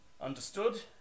Understood